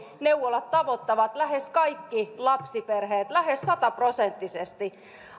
neuvolat tavoittavat lähes kaikki lapsiperheet lähes sataprosenttisesti